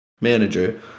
manager